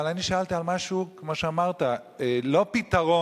אבל אני שאלתי על משהו, כמו שאמרת, לא פתרון